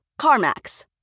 CarMax